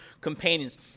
companions